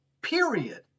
period